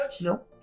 No